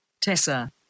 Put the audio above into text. Tessa